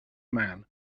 man